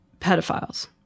pedophiles